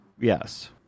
Yes